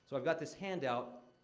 so i've got this handout